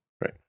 Right